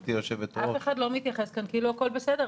גברתי היושבת ראש --- אף אחד לא מתייחס כאן כאילו הכול בסדר,